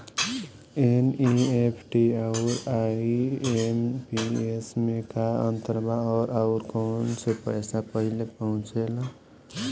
NEFT आउर IMPS मे का अंतर बा और आउर कौना से पैसा पहिले पहुंचेला?